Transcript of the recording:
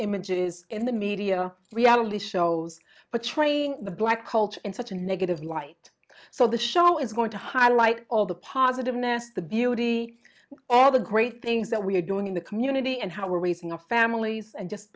images in the media reality shows but trying the black culture in such a negative light so the show is going to highlight all the positive ness the beauty all the great things that we're doing in the community and how we're raising our families and just